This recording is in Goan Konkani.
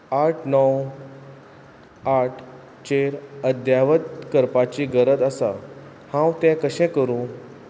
आठ णव आठचेर अद्यावत करपाची गरज आसा हांव तें कशें करूं